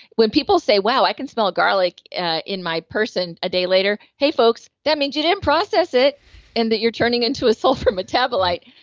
when people say, wow, i can smell garlic ah in my person a day later, hey folks, that means you didn't process it and that you're turning into a sulfur metabolite.